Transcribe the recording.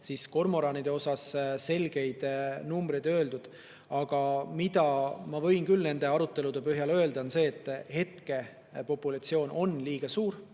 siis kormoranide kohta selgeid numbreid ei öeldud. Aga mida ma võin küll nende arutelude põhjal öelda, on see, et populatsioon on hetkel liiga suur.